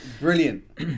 brilliant